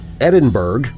Edinburgh